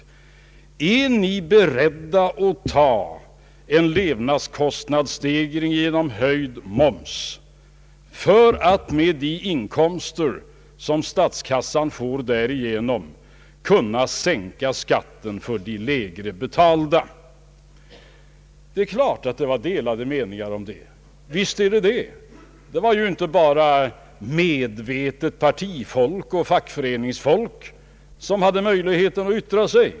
Vi frågade: Är ni beredda att ta en levnadskostnadsstegring genom höjd moms för att med de inkomster som statskassan därigenom får kunna sänka skatten för de lägre betalda? Det är klart att det rådde delade meningar om detta. Det var ju inte bara medvetet partifolk och fackföreningsfolk som hade möjlighet att yttra sig.